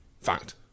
Fact